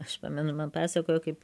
aš pamenu man pasakojo kaip